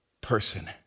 person